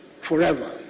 forever